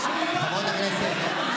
חברות הכנסת,